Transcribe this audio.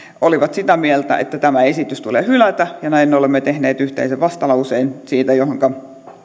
olivat sitä mieltä että tämä esitys tulee hylätä näin esitän yhteisen vastalauseen johonka